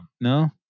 no